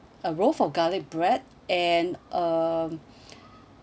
a roll for garlic bread and um